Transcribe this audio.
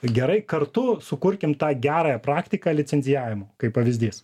gerai kartu sukurkim tą gerąją praktiką licencijavimo kaip pavyzdys